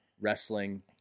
wrestling